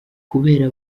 kubera